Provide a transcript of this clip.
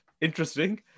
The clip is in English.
Interesting